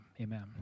Amen